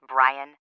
Brian